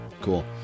Cool